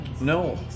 No